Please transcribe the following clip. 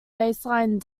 baseline